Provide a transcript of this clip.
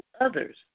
others